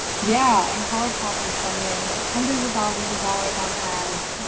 yeah and colourpop was spending like hundreds of thousands of dollars on ads,